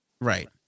Right